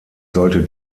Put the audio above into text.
sollte